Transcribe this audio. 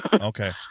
Okay